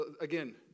again